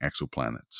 exoplanets